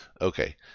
Okay